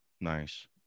Nice